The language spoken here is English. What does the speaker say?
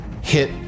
hit